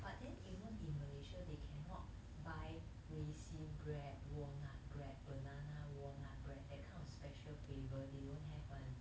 but then you know in malaysia they cannot buy raisin bread walnut bread banana walnut bread that kind of special flavour they don't have one